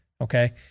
okay